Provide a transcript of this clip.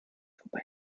vorbei